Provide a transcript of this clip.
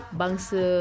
bangsa